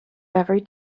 every